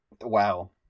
Wow